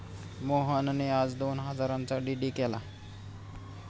मोहनने आज दोन हजारांचा डी.डी केला